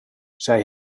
zij